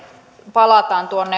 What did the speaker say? palataan tuonne